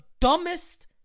dumbest